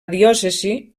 diòcesi